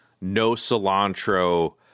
no-cilantro